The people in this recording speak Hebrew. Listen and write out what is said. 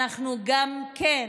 גם כן